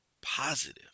Positive